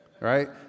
right